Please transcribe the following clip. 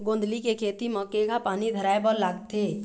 गोंदली के खेती म केघा पानी धराए बर लागथे?